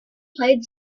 played